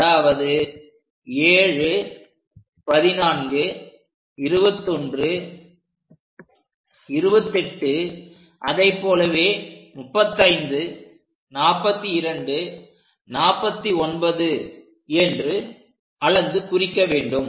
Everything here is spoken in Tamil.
அதாவது 7 14 21 28 அதைப் போலவே 354249 என்று அளந்து குறிக்க வேண்டும்